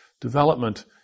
Development